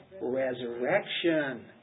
resurrection